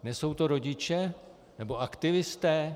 Nesou to rodiče, nebo aktivisté?